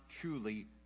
truly